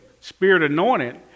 spirit-anointed